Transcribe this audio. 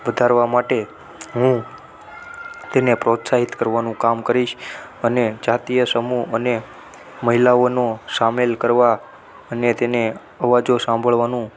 વધારવા માટે હું તેને પ્રોત્સાહિત કરવાનું કામ કરીશ અને જાતીય સમૂહ અને મહિલાઓનો સામેલ કરવા અને તેને અવાજો સાંભળવાનું